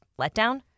letdown